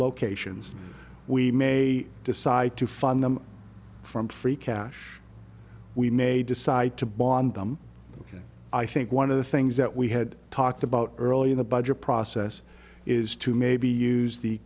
locations we may decide to fund them from free cash we may decide to bond them ok i think one of the things that we had talked about early in the budget process is to maybe use the